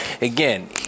Again